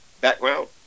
background